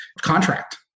contract